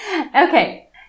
Okay